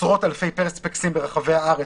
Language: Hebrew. עשרות אלפי פרספקסים ברחבי הארץ,